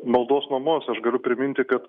maldos namuos aš galiu priminti kad